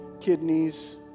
kidneys